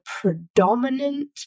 predominant